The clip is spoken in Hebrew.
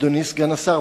אדוני סגן השר,